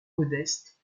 modeste